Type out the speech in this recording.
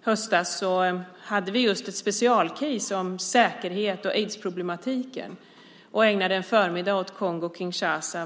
höstas. Vi hade upp ett specialfall om säkerhet och aidsproblematiken och ägnade en förmiddag åt Kongo-Kinshasa.